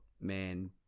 man